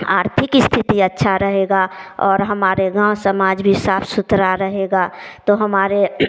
आर्थिक स्थिति अच्छा रहेगा और हमारे गाँव समाज भी साफ सुथरा रहेगा तो हमारे